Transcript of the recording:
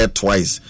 twice